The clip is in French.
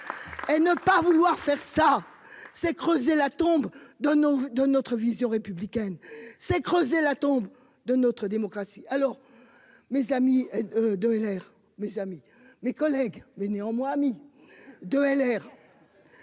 Et ne pas vouloir faire ça s'est creusé la tombe de nos de notre vision républicaine s'est creusé la tombe de notre démocratie. Alors mes amis. De air mes amis, mes collègues mais néanmoins amis de LR.